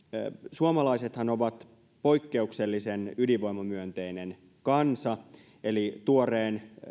suomalaisethan ovat poikkeuksellisen ydinvoimamyönteinen kansa eli tuoreen